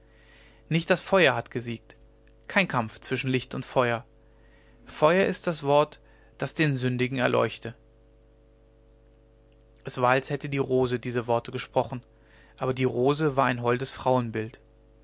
nicht das feuer hat gesiegt kein kampf zwischen licht und feuer feuer ist das wort das den sündigen erleuchte es war als hätte die rose diese worte gesprochen aber die rose war ein holdes frauenbild